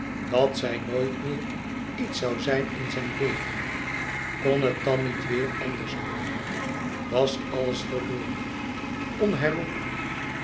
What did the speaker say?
dat zij nooit meer iets zoû zijn in zijn leven kon het dan niet weêr anders worden was alles verloren onherroepelijk